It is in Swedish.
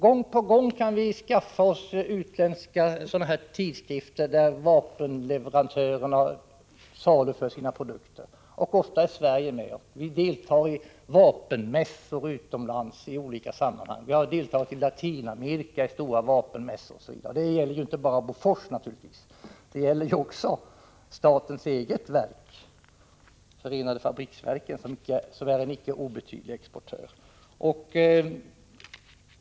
Gång på gång kan vi skaffa oss utländska tidskrifter där vapenleverantörer saluför sina produkter, ofta i Sverige med. Vi deltar i vapenmässor utomlands i olika sammanhang. Vi har deltagit i stora vapenmässor i Latinamerika osv. Det gäller inte bara Bofors, naturligtvis. Det gäller också statens eget verk, förenade fabriksverken, som är en icke obetydlig exportör.